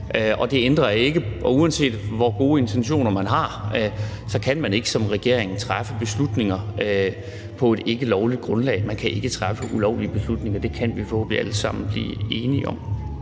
og det ændrer ikke på noget. Og uanset hvor gode intentioner man har, så kan man ikke som regering træffe beslutninger på et ikkelovligt grundlag. Man kan ikke træffe ulovlige beslutninger – det kan vi forhåbentlig alle sammen blive enige om.